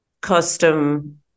custom